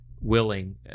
willing